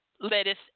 lettuce